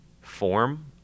form